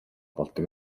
болдог